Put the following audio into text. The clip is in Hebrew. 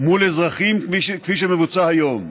מול אזרחים כפי שמבוצע היום.